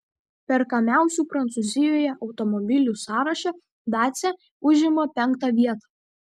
perkamiausių prancūzijoje automobilių sąraše dacia užima penktą vietą